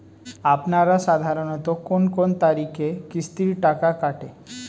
আপনারা সাধারণত কোন কোন তারিখে কিস্তির টাকা কাটে?